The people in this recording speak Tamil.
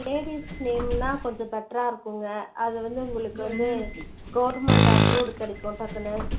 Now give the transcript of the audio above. லேடிஸ் நேம்னால் கொஞ்சம் பெட்டராக இருக்கும்க அது வந்து உங்களுக்கு வந்து கவர்மெண்ட் அப்ரூவ்டு கிடைக்கும் டக்குன்னு